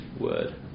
word